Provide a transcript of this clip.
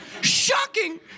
shocking